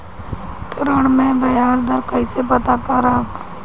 ऋण में बयाज दर कईसे पता करब?